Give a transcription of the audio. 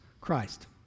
Christ